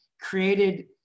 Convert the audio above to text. created